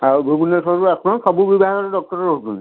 ଆଉ ଭୁବନେଶ୍ୱରରୁ ଆସୁଛନ୍ତି ସବୁ ବିଭାଗରେ ଡ଼କ୍ଟର ରହୁଛନ୍ତି